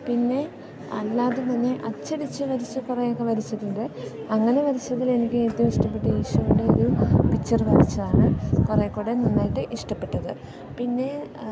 പിന്നെ അല്ലാതെ തന്നെ അച്ചടിച്ച് വരച്ച് കുറേയൊക്കെ വരച്ചിട്ടുണ്ട് അങ്ങനെ വരച്ചതിൽ എനിക്ക് ഏറ്റവും ഇഷ്ടപ്പെട്ടത് ഈശോയുടെ ഒരു പിക്ചർ വരച്ചതാണ് കുറേക്കൂടെ നന്നായിട്ട് ഇഷ്ടപ്പെട്ടത് പിന്നെ